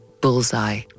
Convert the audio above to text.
Bullseye